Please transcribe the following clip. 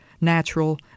natural